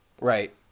Right